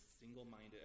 single-minded